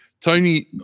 Tony